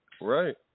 right